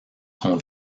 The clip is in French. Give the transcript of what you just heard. son